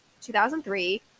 2003